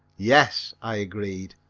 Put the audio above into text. yes, i agreed.